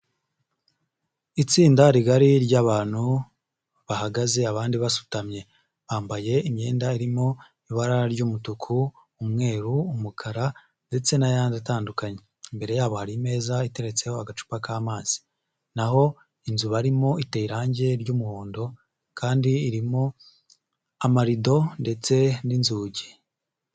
Itsinda rigari ry'abantu bahagaze abandi basutamye, bambaye imyenda irimo ibara ry'umutuku, umweru, umukara ndetse n'ayandi atandukanye, imbere yabo hari imeza iteretseho agacupa k'amazi, naho inzu barimo iteye irange ry'umuhondo kandi irimo amarido ndetse n'inzugi.